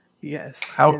yes